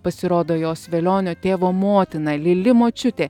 pasirodo jos velionio tėvo motina lili močiutė